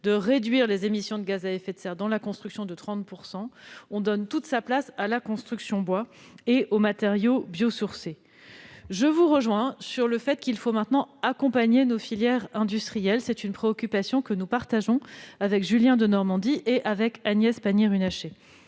de réduire les émissions de gaz à effet de serre de 30 % donne toute sa place à la construction bois et aux matériaux biosourcés. Je vous rejoins sur le fait qu'il faut maintenant accompagner nos filières industrielles ; c'est une préoccupation que nous partageons avec Julien Denormandie et Agnès Pannier-Runacher.